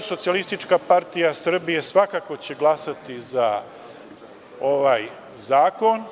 Socijalistička partija Srbije svakako će glasati za ovaj zakon,